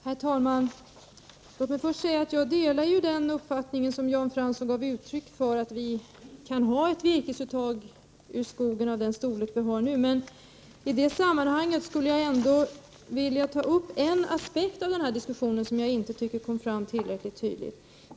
Herr talman! Jag vill först säga att jag delar den uppfattning som Jan Fransson gav uttryck för, nämligen att vi kan ha ett virkesuttag av nuvarande storlek. Men i det sammanhanget vill jag ta upp en aspekt som jag tycker inte kommit fram tillräckligt tydligt i denna diskussion.